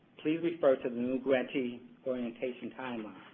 please refer to the new grantee orientation timeline.